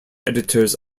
editors